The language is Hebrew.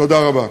תודה רבה.